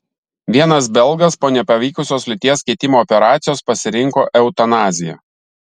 vienas belgas po nepavykusios lyties keitimo operacijos pasirinko eutanaziją